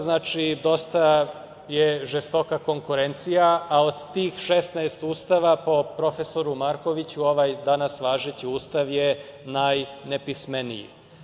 Znači, dosta je žestoka konkurencija, a od tih 16 Ustava, po profesoru Markoviću, ovaj danas važeći Ustav je najnepismeniji.